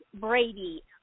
Brady